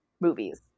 movies